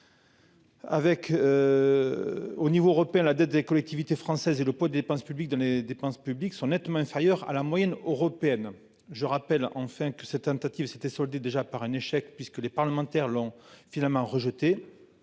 Au niveau européen. La dette des collectivités françaises et le poids des dépenses publiques dans les dépenses publiques sont nettement inférieurs à la moyenne européenne. Je rappelle enfin que cette tentative s'était soldée déjà par un échec puisque les parlementaires l'ont finalement rejeté.